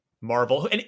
Marvel